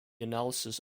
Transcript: analysis